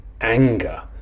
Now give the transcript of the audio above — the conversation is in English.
anger